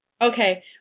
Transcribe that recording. Okay